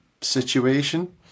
situation